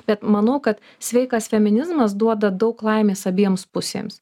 bet manau kad sveikas feminizmas duoda daug laimės abiems pusėms